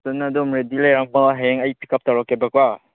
ꯑꯗꯨ ꯅꯪ ꯑꯗꯨꯝ ꯔꯦꯗꯤ ꯂꯩꯔꯝꯃꯣ ꯍꯌꯦꯡ ꯑꯩ ꯄꯤꯛ ꯎꯞ ꯇꯧꯔꯛꯀꯦꯕꯀꯣ